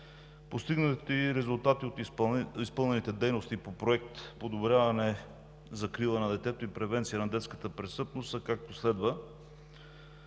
Постигнатите резултати от изпълнените дейности по Проект „Подобряване закрила на детето и превенция на детската престъпност“ са, както следва: